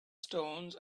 stones